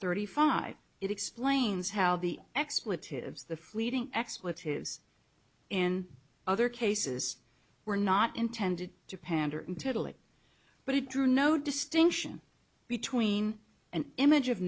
thirty five it explains how the expletives the fleeting expletives in other cases were not intended to pander until it but it drew no distinction between an image of